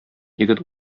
егет